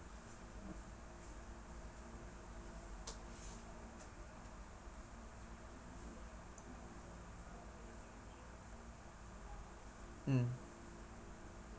mm